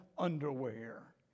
Underwear